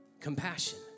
Compassion